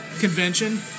convention